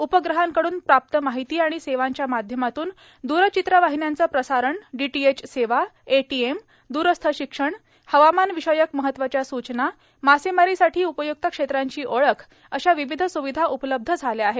उपग्रहांकडून प्राप्त माहिती आणि सेवांच्या माध्यमातून दूरचित्रवाहिन्यांचं प्रसारण डीटीएच सेवा एटीएम दूरस्थ शिक्षण हवामानविषयक महत्वाच्या सूचना मासेमारीसाठी उपयुक्त क्षेत्रांची ओळख अशा विविध सुविधा उपलब्ध झाल्या आहेत